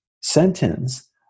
sentence